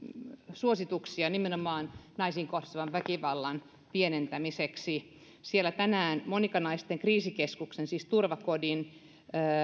suosituksia nimenomaan naisiin kohdistuvan väkivallan pienentämiseksi siellä tänään monika naisten kriisikeskuksen siis turvakodin